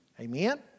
Amen